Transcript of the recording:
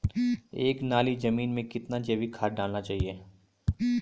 एक नाली जमीन में कितना जैविक खाद डालना चाहिए?